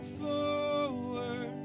forward